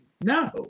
No